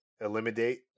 eliminate